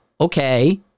okay